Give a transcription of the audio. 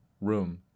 room